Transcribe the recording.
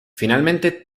finalmente